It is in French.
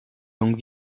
langues